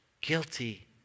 guilty